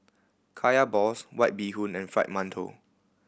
Kaya balls White Bee Hoon and Fried Mantou